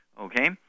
okay